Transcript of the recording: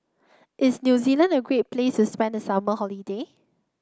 is New Zealand a great place to spend the summer holiday